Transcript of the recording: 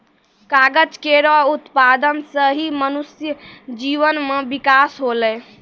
कागज केरो उत्पादन सें ही मनुष्य जीवन म बिकास होलै